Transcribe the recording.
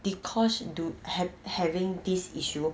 dee kosh do ha~ have having this issue